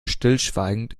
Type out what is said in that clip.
stillschweigend